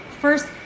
first